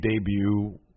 debut